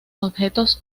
objetos